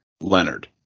Leonard